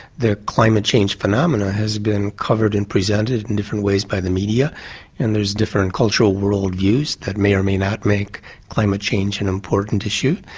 their climate change phenomena has been covered and presented in different ways by the media and there's different cultural world views that may or may not make climate change an important issue.